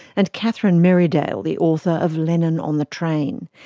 and catherine merridale, the author of lenin on the train.